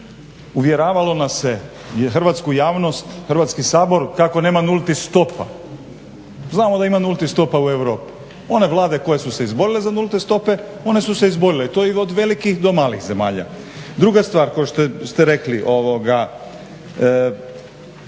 uvjeravalo nas se i hrvatsku javnost, Hrvatski sabor kako nema nultih stopa. Znamo da imamo nultih stopa u Europi. Ona vlade koje su se izborile za nulte stope one su se izborile i to od velikih do malih zemalja. Druga stvar koju ste rekli, Europska